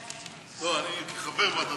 לא, אני כחבר ועדת